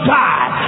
die